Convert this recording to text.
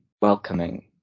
welcoming